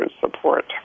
support